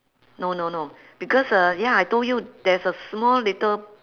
no no no because uh ya I told you there's a small little